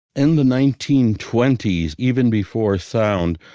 in the nineteen twenty s, even before sound,